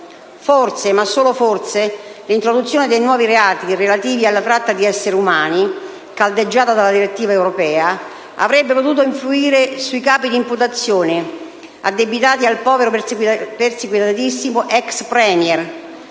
Forse - ma solo forse - l'introduzione dei nuovi reati relativi alla tratta di esseri umani, caldeggiata dalla direttiva europea, avrebbe potuto influire sui capi di imputazione addebitati al povero e perseguitatissimo ex *Premier*,